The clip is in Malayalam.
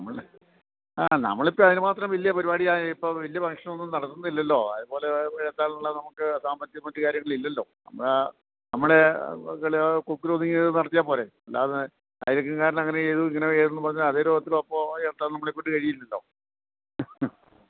ആ നമ്മളിപ്പോൾ അതിന് മാത്രം വലിയ പരിപാടിയോ ഇപ്പോൾ വലിയ ഫംഗ്ഷനൊന്നും നടത്തുന്നില്ലല്ലോ അതുപോലെ ഒക്കെ നടത്താനുള്ള നമുക്ക് സാമ്പത്തികം നമുക്ക് മറ്റു കാര്യാങ്ങളില്ലല്ലോ അപ്പോൾ നമ്മുടെ കൊക്കിലൊതിങ്ങിയത് നടത്തിയാൽ പോരേ അല്ലാതെ അയല്പക്കക്കാരൻ അങ്ങനെ ചെയ്തു ഇങ്ങനെ ചെയ്തു എന്നു പറഞ്ഞ് അതേ ലോകത്തിൽ ഒപ്പം എത്താൻ നമ്മളെക്കൊണ്ട് കഴിയില്ലല്ലോ മ് മ്